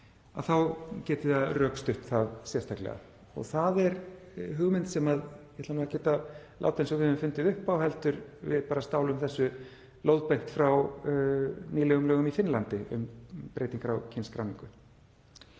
þá geti það rökstutt það sérstaklega. Það er hugmynd sem ég ætla ekkert að láta eins og við höfum fundið upp á heldur bara stálum við þessu lóðbeint úr nýlegum lögum í Finnlandi um breytingar á kynskráningu.